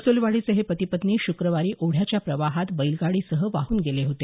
असोलवाडीचे हे पती पत्नी श्रक्रवारी ओढ्याच्या प्रवाहात बैलगाडीसह वाहून गेले होते